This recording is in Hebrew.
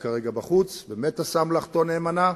באמת עשה מלאכתו נאמנה.